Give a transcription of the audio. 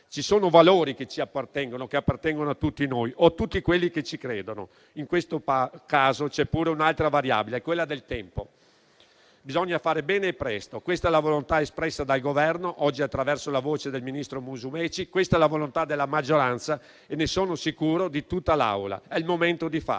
Ci sono valori che ci appartengono, che appartengono a tutti noi o a tutti quelli che ci credono. In questo caso, poi, vi è pure un'altra variabile, quella del tempo. Bisogna fare bene e presto. Questa è la volontà espressa dal Governo oggi, attraverso la voce del ministro Musumeci. Questa è la volontà della maggioranza e, ne sono sicuro, di tutta l'Aula. Questo è il momento di fare.